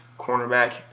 cornerback